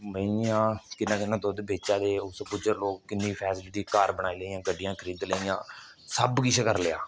मेंइयां किन्ना किन्ना दुद्ध बेचा दे उस गुज्जर लोक किन्नी फैसलिटी घर बनाई लै गड्ढियां खरीदी लेइयां सब किश करी लेआ